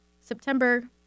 September